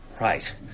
Right